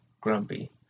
grumpy